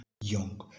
young